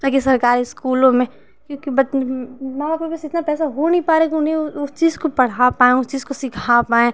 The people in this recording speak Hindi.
ताकि सरकारी इस्कूलों में क्योंकि माँ बाप पास इतना पैसा हो नहीं पा रहा है कि उन्हें उस चीज को पढ़ा पाएँ उस चीज को सिखा पाएँ